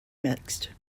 mixed